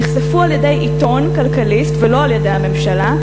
נחשפו על-ידי העיתון "כלכליסט" ולא על-ידי הממשלה,